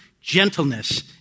gentleness